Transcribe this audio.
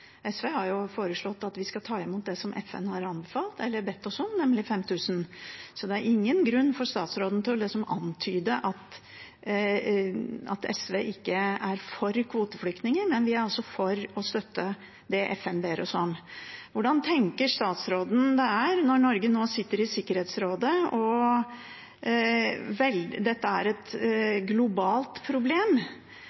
SV har foreslått at vi skal ta imot det antallet FN har bedt oss om, nemlig 5 000, så det er ingen grunn for statsråden til å antyde at SV ikke er for kvoteflyktninger. Vi er altså for det FN ber oss om. Hvordan tenker statsråden det er når Norge nå sitter i Sikkerhetsrådet, og dette er et